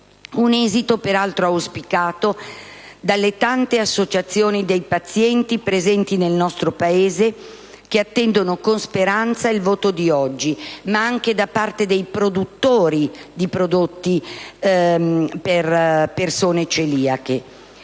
un esito peraltro auspicato dalle tante associazioni dei pazienti presenti nel nostro Paese, che attendono con speranza il voto di oggi, ma anche dai produttori di prodotti per celiaci.